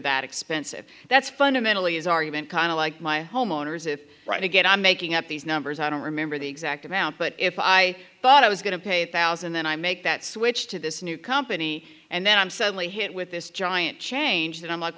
that expensive that's fundamentally his argument kind of like my homeowners if right again i'm making up these numbers i don't remember the exact amount but if i thought i was going to pay a thousand then i make that switch to this new company and then i'm suddenly hit with this giant change that i'm like